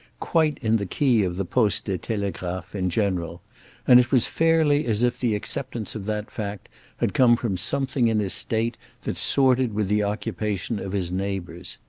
quite in the key of the postes et telegraphes in general and it was fairly as if the acceptance of that fact had come from something in his state that sorted with the occupation of his neighbours.